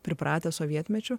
pripratę sovietmečiu